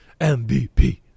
mvp